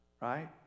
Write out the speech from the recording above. right